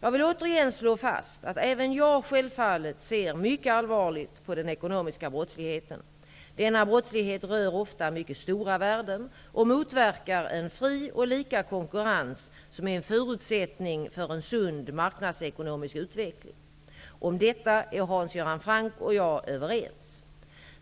Jag vill återigen slå fast att även jag självfallet ser mycket allvarligt på den ekonomiska brottsligheten. Denna brottslighet rör ofta mycket stora värden och motverkar en fri och lika konkurrens, som är en förutsättning för en sund marknadsekonomisk utveckling. Om detta är Hans Göran Franck och jag överens.